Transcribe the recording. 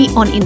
on